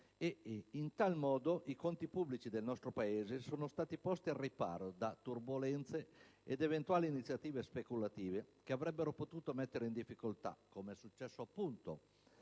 in tal modo i conti pubblici del nostro Paese sono stati posti al riparo da turbolenze ed eventuali iniziative speculative che avrebbero potuto mettere in difficoltà, come è successo appunto